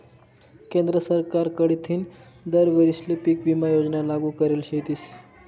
केंद्र सरकार कडथीन दर वरीसले पीक विमा योजना लागू करेल शेतीस